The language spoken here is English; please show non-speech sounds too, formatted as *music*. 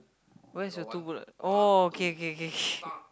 where's your two bullet oh okay okay okay *breath*